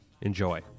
Enjoy